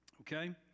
Okay